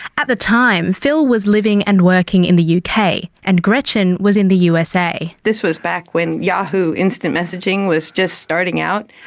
at the time, phil was living and working in the yeah uk, and gretchen was in the usa. this was back when yahoo instant messaging was just starting out,